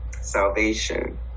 Salvation